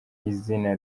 izina